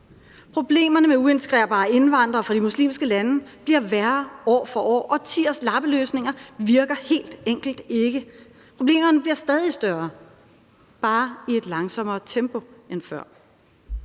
Problemerne med uintegrerbare indvandrere fra de muslimske lande bliver værre år for år. Årtiers lappeløsninger virker helt enkelt ikke, problemerne bliver stadig større, bare i et langsommere tempo end før,